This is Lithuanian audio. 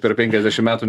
per penkiasdešim metų